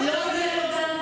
לא מגיע לו גם?